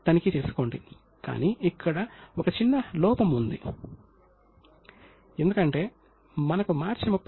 కావున దిగువ స్థాయిలో ఏమి జరుగుతుందో గూడచారుల ద్వారా ఉన్నతాధికారులకు నేరుగా నివేదించబడేది